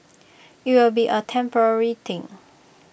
IT will be A temporary thing